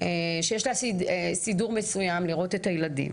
שיש לה סידור מסוים לראות את הילדים.